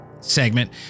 segment